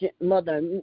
Mother